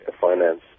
finance